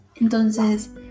Entonces